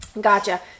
Gotcha